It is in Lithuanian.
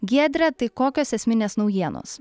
giedre tai kokios esminės naujienos